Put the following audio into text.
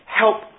help